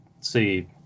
see